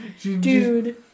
Dude